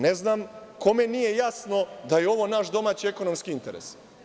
Ne znam kome nije jasno da je ovo naš domaći ekonomski interes.